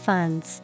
Funds